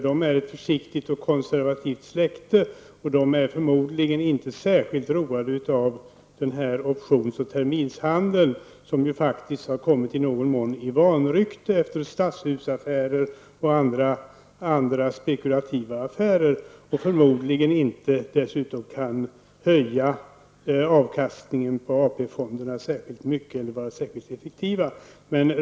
De är ett försiktigt och konservativt släkte, och de är förmodligen inte särskilt roade av den här options och terminshandeln, som faktiskt i någon mån har kommit vanrykte efter Stadshusaffärer och andra spekulativa affärer och som förmodligen inte kan höja avkastningen på AP-fonderna särskilt mycket.